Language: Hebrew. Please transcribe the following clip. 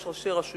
יש ראשי רשויות,